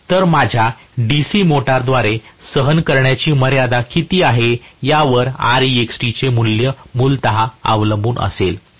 तर माझ्या DC मोटरद्वारे सहन करण्याची मर्यादा किती आहे यावर हे Rext मूल्य मूलत अवलंबून असेल